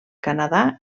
canadà